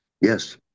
Yes